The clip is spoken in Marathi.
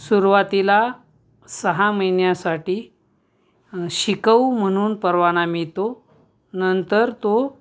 सुरुवातीला सहा महिन्यासाठी शिकावू म्हणून परवाना मिळतो नंतर तो